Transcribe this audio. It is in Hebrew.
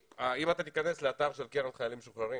אם אתה תיכנס לאתר של הקרן לחיילים משוחררים